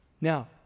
Now